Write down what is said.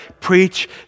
preach